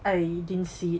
I didn't see it